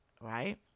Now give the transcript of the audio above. right